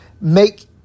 make